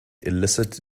illicit